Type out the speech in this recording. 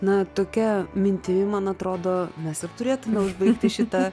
na tokia mintim man atrodo mes ir turėtume užbaigti šitą